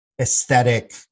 aesthetic